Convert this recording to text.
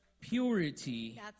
purity